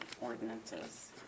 ordinances